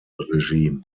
regime